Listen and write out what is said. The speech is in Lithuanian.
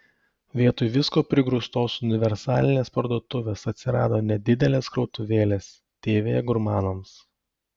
vietoj visko prigrūstos universalinės parduotuvės atsirado nedidelės krautuvėlės tv gurmanams